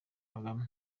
kagame